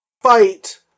fight